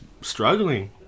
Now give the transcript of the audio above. struggling